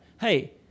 Hey